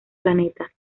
planeta